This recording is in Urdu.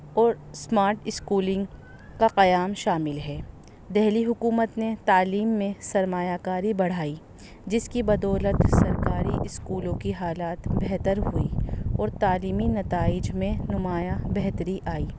اور اسمارٹ اسکولنگ کا قیام شامل ہے دہلی حکومت نے تعلیم میں سرمایہ کاری بڑھائی جس کی بدولت سرکاری اسکولوں کی حالات بہتر ہوئی اور تعلیمی نتائج میں نمایاں بہتری آئی